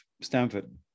Stanford